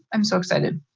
i'm so excited.